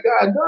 God